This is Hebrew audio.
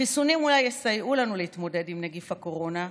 החיסונים אולי יסייעו לנו להתמודד עם נגיף הקורונה,